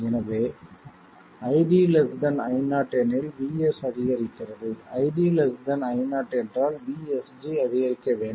எனவே ID Io எனில் VS அதிகரிக்கிறது ID Io என்றால் VSG அதிகரிக்க வேண்டும்